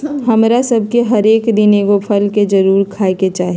हमरा सभके हरेक दिन एगो फल के जरुरे खाय के चाही